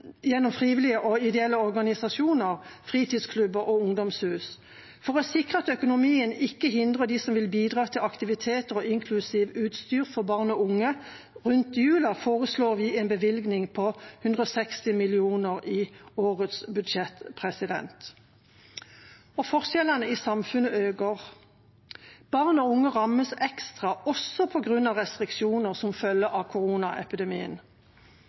gjennom frivillige og ideelle organisasjoner, fritidsklubber og ungdomshus. For å sikre at økonomien ikke hindrer dem som vil bidra til aktiviteter, inklusiv utstyr, for barn og unge rundt jula, foreslår vi en bevilgning på 160 mill. kr i årets budsjett. Forskjellene i samfunnet øker. Barn og unge rammes ekstra, også på grunn av restriksjoner som følge av